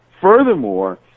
furthermore